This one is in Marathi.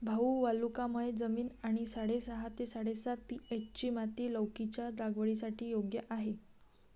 भाऊ वालुकामय जमीन आणि साडेसहा ते साडेसात पी.एच.ची माती लौकीच्या लागवडीसाठी योग्य आहे